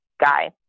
guy